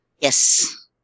Yes